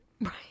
Right